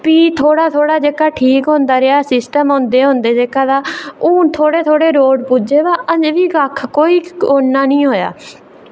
फ्ही थोह्ड़ा थोह्ड़ा ठीक होंदा रेहा जेह्का सिस्टम होंदे होंदे जेह्का तां हून थोह्ड़े थोह्ड़े रोड़ पुज्जे बाऽ ऐहीं बी कक्ख बी नेईं कुछ बी निं होआ